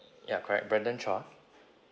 ya correct brandon chua